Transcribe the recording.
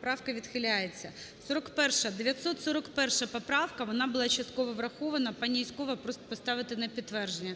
Поправка відхиляється. 41-а – 941 поправка. Вона була частково врахована. Пані Юзькова просить поставити на підтвердження.